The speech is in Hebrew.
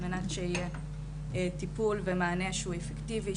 מנת שיהיה טיפול ומענה שהוא אפקטיבי,